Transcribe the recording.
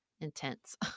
intense